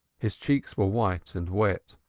his cheeks were white and wet,